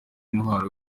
intwaro